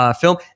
film